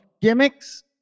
gimmicks